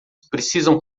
precisam